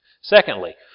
Secondly